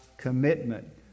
commitment